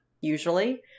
usually